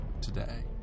today